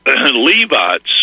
Levites